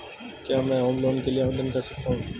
क्या मैं home loan के लिए आवेदन कर सकता हूं?